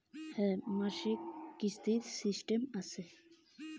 মাসিক কিস্তির সিস্টেম আছে কি?